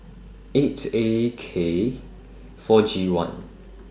eight A K four G one